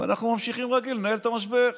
ואנחנו ממשיכים כרגיל לנהל את המשבר.